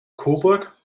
coburg